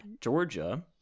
Georgia